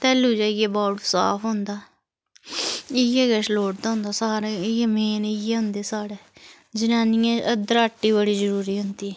तैलु जाइयै बाड़ू साफ़ होंदा इ'यै किश लोड़दा होंदा सारा इ'यै मेन इ'यै होंदा साढ़ै जनानियें दराटी बड़ी ज़रूरी होंदी